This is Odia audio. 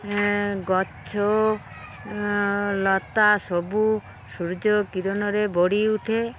ଗଛ ଲତା ସବୁ ସୂର୍ଯ୍ୟ କିରଣରେ ବଢ଼ି ଉଠେ